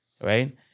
right